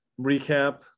recap